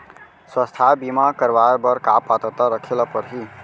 स्वास्थ्य बीमा करवाय बर का पात्रता रखे ल परही?